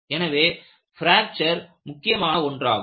எனவே பிராக்சர் முக்கியமான ஒன்றாகும்